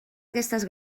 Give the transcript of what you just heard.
aquestes